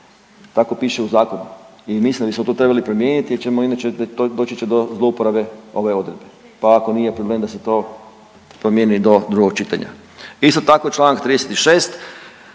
tako piše u zakonu i mislim da bismo to trebali promijeniti jer ćemo inače, doći će do zlouporabe ove odredbe, pa ako nije problem da se to promijeni do drugog čitanja. Isto tako čl. 36.